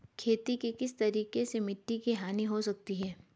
खेती के किस तरीके से मिट्टी की हानि हो सकती है?